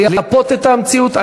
לייפות את המציאות.